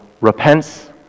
repents